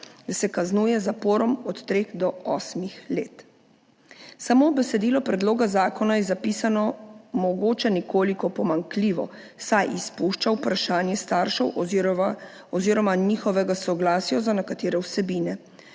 kaznuje z zaporom od treh do osmih let. Samo besedilo predloga zakona je zapisano mogoče nekoliko pomanjkljivo, saj izpušča vprašanje staršev oziroma njihovega soglasja za nekatere vsebine.